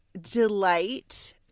delight